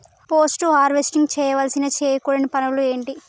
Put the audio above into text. Post harvesting చేయవలసిన చేయకూడని పనులు ఏంటి?